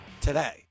today